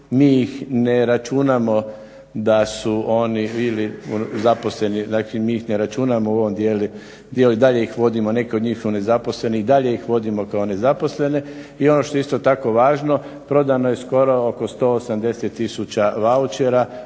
mi ih ne računamo u ovaj dio, mi ih i dalje vodimo, neki od njih su nezaposleni i dalje ih vodimo kao nezaposlene. I ono što je isto tako važno, prodano je skoro oko 180 tisuća vaučera,